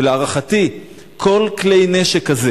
להערכתי, כל כלי-נשק כזה